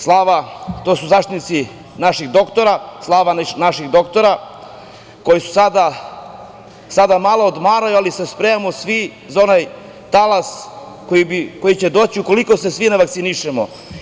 To su zaštitnici naših doktora, slava naših doktora koji sada malo odmaraju, ali se spremamo svi za onaj talas koji će doći ukoliko se svi ne vakcinišemo.